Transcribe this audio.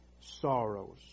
sorrows